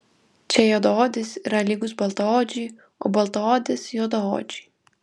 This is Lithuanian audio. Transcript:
čia juodaodis yra lygus baltaodžiui o baltaodis juodaodžiui